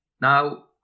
Now